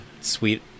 sweet